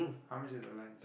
how much is your lens